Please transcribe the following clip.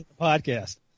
podcast